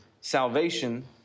salvation